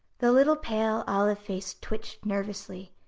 the little pale olive face twitched nervously,